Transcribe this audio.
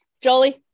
Jolie